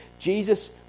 Jesus